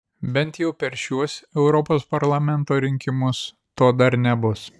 bent jau per šiuos europos parlamento rinkimus to dar nebus